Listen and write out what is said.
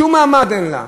שום מעמד אין לה.